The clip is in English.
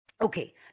Okay